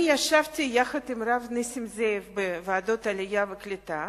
ישבתי יחד עם הרב נסים זאב בוועדת העלייה והקליטה,